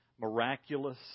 miraculous